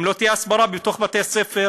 אם לא תהיה הסברה בתוך בתי ספר,